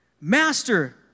Master